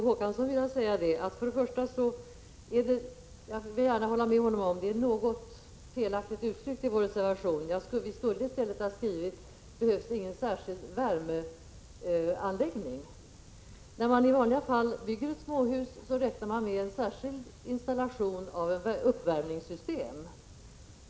Herr talman! Jag vill gärna hålla med Per Olof Håkansson om att uttrycket i vår reservation blivit något felaktigt. Vi skulle i stället ha skrivit: behövs ingen särskild värmeanläggning. När man i vanliga fall bygger ett småhus räknar man med en särskild installation av uppvärmningssystem.